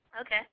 Okay